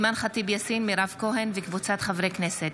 אימאן ח'טיב יאסין, מירב כהן וקבוצת חברי כנסת,